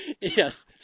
Yes